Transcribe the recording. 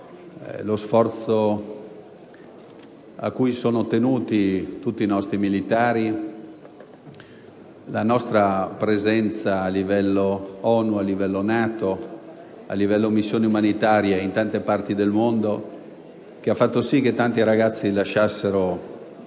lo sforzo a cui sono tenuti tutti i nostri militari e la nostra presenza in ambito ONU, NATO e nelle missioni umanitarie in corso in tante parti del mondo, che ha fatto sì che tanti ragazzi lasciassero